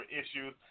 issues